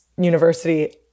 university